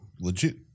legit